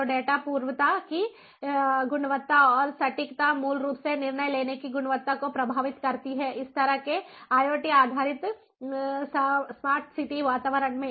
तो डेटा पूर्वता की गुणवत्ता और सटीकता मूल रूप से निर्णय लेने की गुणवत्ता को प्रभावित करती है इस तरह के IoT आधारित स्मार्ट सिटी वातावरण में